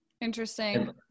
interesting